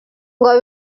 ngo